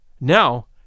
Now